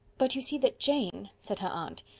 but you see that jane, said her aunt,